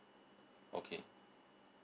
okay